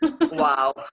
wow